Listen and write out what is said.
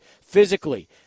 physically